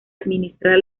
administrar